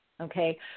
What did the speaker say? Okay